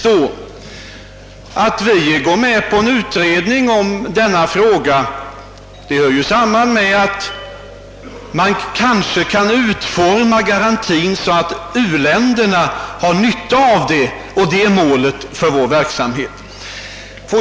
Att vi går med på en utredning av denna fråga beror på att man kanske kan utforma garantin så att u-länderna har nytta av den. Det är målet för vår verksamhet.